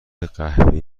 قهوه